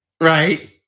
Right